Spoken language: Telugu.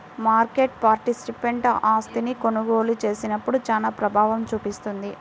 మార్కెట్ పార్టిసిపెంట్ ఆస్తిని కొనుగోలు చేసినప్పుడు చానా ప్రభావం చూపిస్తుంది